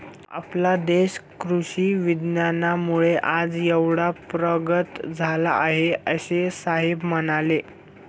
आपला देश कृषी विज्ञानामुळे आज एवढा प्रगत झाला आहे, असे साहेब म्हणाले